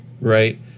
right